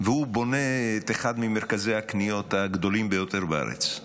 והוא בונה את אחד ממרכזי הקניות הגדולים ביותר בארץ.